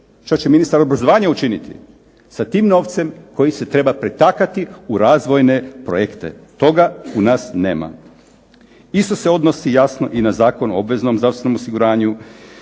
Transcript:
što će ministar obrazovanja učiniti sa tim novcem koji se treba pretakati u razvojne projekte. Toga u nas nema. Isto se odnosi jasno i na Zakon o obveznom zdravstvenom osiguranju,